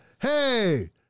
hey